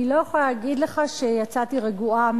אני לא יכולה להגיד לך שיצאתי רגועה,